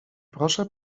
proszę